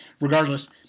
regardless